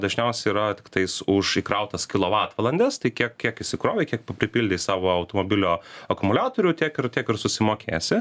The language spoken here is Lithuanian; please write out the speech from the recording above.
dažniausiai yra tiktais už įkrautas kilovatvalandes tai kiek kiek įsikrovei kiek pripildei savo automobilio akumuliatorių tiek ir tiek ir susimokėsi